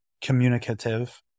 communicative